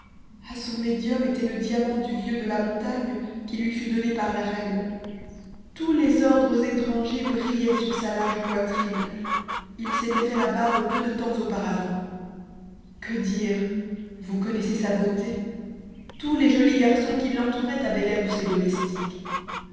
à son médium était le diamant du vieux de la montagne qui lui fut donné par la reine tous les ordres étrangers brillaient sur sa large poitrine il s'était fait la barbe peu de temps auparavant que dire vous connaissez sa beauté tous les jolis garçons qui l'entouraient avaient l'air de ses domestiques